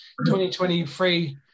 2023